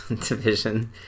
division